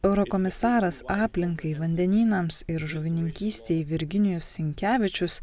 eurokomisaras aplinkai vandenynams ir žuvininkystei virginijus sinkevičius